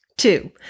Two